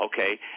Okay